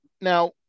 Now